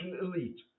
elite